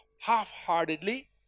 half-heartedly